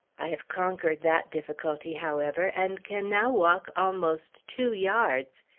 i have conquered that difficulty, however, and can now walk almost two yards,